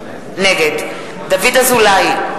נגד דוד אזולאי,